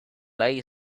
lay